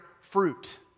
fruit